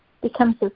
becomes